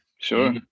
Sure